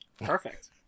Perfect